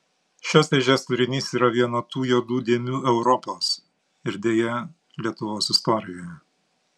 šios dėžės turinys yra viena tų juodų dėmių europos ir deja lietuvos istorijoje